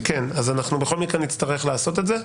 בכל מקרה נצטרך לעשות את זה.